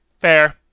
Fair